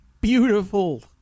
Beautiful